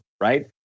right